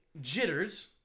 jitters